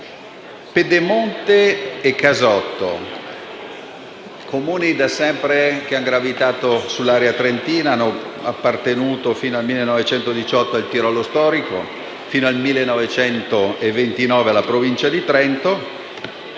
Pedemonte e Casotto, Comuni che da sempre hanno gravitato nell'area trentina, appartenuti fino al 1918 al Tirolo storico e fino al 1929 alla Provincia di Trento,